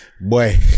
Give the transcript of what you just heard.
Boy